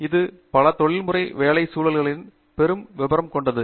இது பல தொழில்முறை வேலை சூழல்களின் பெரும் விவரம் கொண்டது